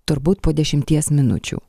turbūt po dešimties minučių